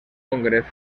congreso